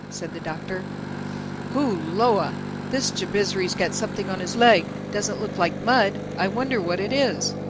said the doctor hulloa! this jabizri's got something on his leg doesn't look like mud. i wonder what it is.